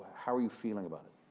how are you feeling about it?